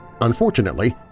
Unfortunately